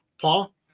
Paul